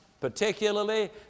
Particularly